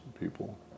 people